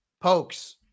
Pokes –